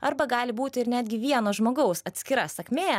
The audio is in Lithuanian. arba gali būti ir netgi vieno žmogaus atskira sakmė